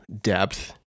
depth